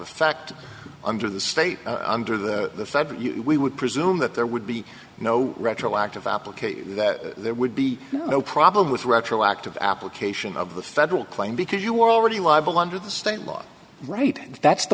effect under the state under the feds we would presume that there would be no retroactive application that there would be no problem with retroactive application of the federal claim because you are already liable under the state law right that's the